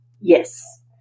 Yes